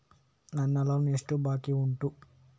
ನನ್ನ ಲೋನ್ ಎಷ್ಟು ಬಾಕಿ ಉಂಟು?